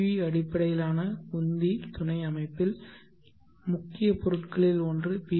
we அடிப்படையிலான உந்தி துணை அமைப்பில் முக்கிய பொருட்களில் ஒன்று பி